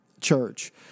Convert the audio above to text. church